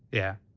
yeah.